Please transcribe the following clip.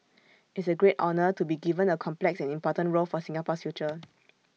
it's A great honour to be given A complex and important role for Singapore's future